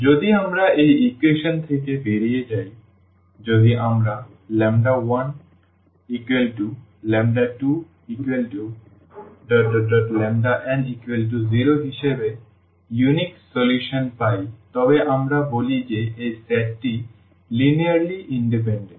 যদি আমরা এই ইকুয়েশন থেকে বেরিয়ে যাই যদি আমরা 12n0 হিসেবে অনন্য সমাধান পাই তবে আমরা বলি যে এই সেটটি লিনিয়ারলি ইন্ডিপেন্ডেন্ট